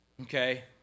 Okay